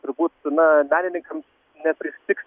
turbūt na menininkams nepristigs